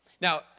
Now